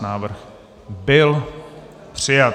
Návrh byl přijat.